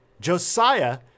Josiah